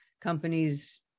companies